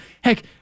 Heck